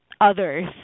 others